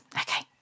Okay